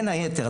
בין היתר,